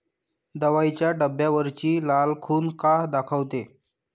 दवाईच्या डब्यावरची लाल खून का दाखवते?